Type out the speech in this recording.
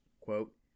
quote